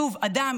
שוב, אדם